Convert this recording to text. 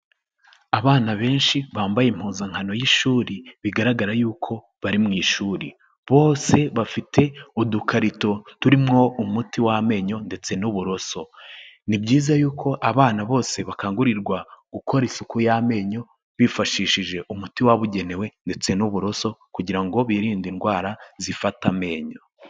Abana benshi bambaye impuzankano y'ishuri bigaragara yuko bari mu ishuri. Bose bafite udukarito turimo umuti w'amenyo ndetse n'uburoso. Ni byiza yuko abana bose bakangurirwa gukora isuku y'amenyo, bifashishije umuti wabugenewe ndetse n'uburoso kugira ngo birinde indwara zifata amenyo.